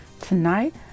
Tonight